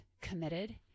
committed